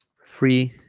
free